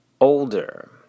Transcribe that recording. older